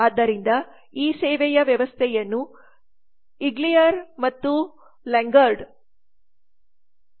ಆದ್ದರಿಂದ ಈ ಸೇವೆಯ ವ್ಯವಸ್ಥೆಯನ್ನು ಈಗ್ಲಿಯರ್ ಮತ್ತು ಲ್ಯಾಂಗಾರ್ಡ್ ಬರೆದಿದ್ದಾರೆ